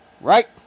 right